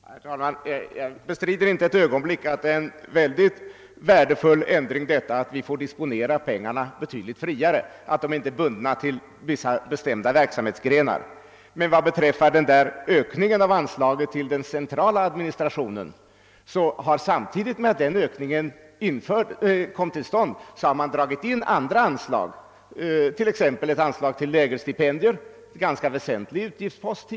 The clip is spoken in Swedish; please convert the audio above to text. Herr talman! Jag bestrider inte ett ögonblick att det är en mycket värdefull ändring att vi får disponera pengarna betydligt friare genom att de inte är bundna till vissa bestämda verksamhetsgrenar. Samtidigt som ökningen av anslaget till den centrala administrationen kom till stånd drog man emellertid in andra anslag, t.ex. ett anslag till lägerstipendier, som tidigare var en ganska väsentlig utgiftspost.